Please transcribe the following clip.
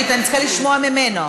אני צריכה לשמוע ממנו.